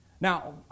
Now